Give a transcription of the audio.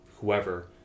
whoever